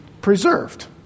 preserved